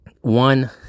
one